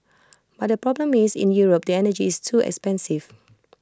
but the problem is in Europe the energy is too expensive